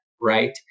right